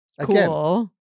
cool